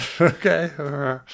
okay